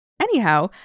Anyhow